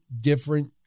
different